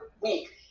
week